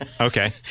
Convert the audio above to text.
Okay